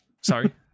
Sorry